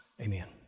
Amen